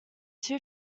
two